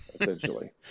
essentially